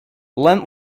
lent